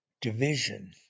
division